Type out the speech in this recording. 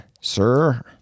sir